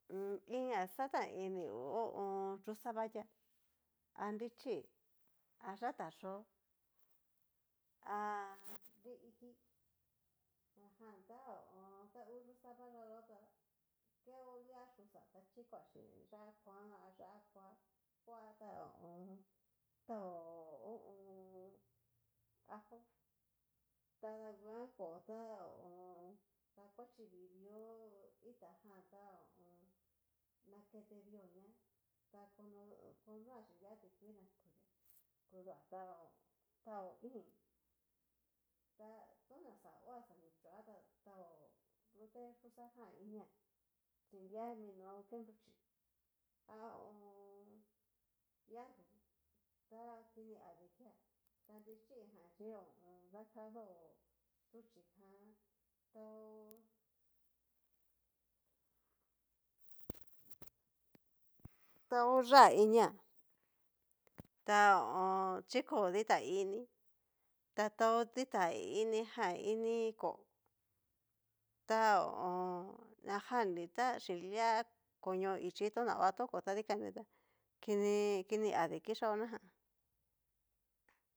Iin na yatan ini ngu yuxá vayá a nrichí a yatá yó'o, ha nriiki na jan ta ho o on. ta ngu yuxa vayaá yó tá, keo lia ayuxa chiko xin yá'a kuan a yá'a kua ta hu u un. taó hu u un. ajo, tada ngua ko ta ho o on. dakuchi vi vio itá jan, ta ho o on. nakete vió ña, ta ko konoá chin lia tikuii na kudoá, kudioá ta taó íin, ta toná xa hoá xa ni chóa ta taó nrute yuxa jan inia, chin lia minó ke nruchí ta ho o on. liajan ni ta kini adi kiá, ta richí jan ta ho o on. dakadó nruchijan taó yá'a iniá ta ho o n. chiko ditá ini, ta gtaó dita inijan ini kóo ta ho o on. najan ni xhin lia koño ichí notaóa toko dikani tá kini kini adi kichaó najan.